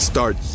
Start